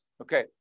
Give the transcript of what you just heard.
Okay